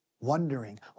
wondering